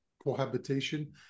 cohabitation